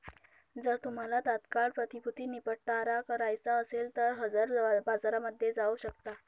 जर तुम्हाला तात्काळ प्रतिभूती निपटारा करायचा असेल तर हजर बाजारामध्ये जाऊ शकता